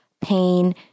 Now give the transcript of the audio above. pain